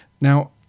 Now